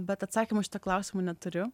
bet atsakymo į šitą klausimą neturiu